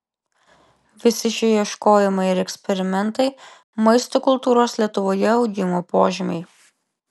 visi šie ieškojimai ir eksperimentai maisto kultūros lietuvoje augimo požymiai